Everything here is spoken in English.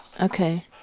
Okay